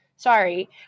Sorry